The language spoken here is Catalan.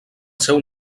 seu